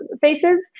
faces